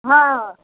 हँ